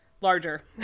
larger